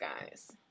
guys